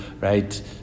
right